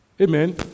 Amen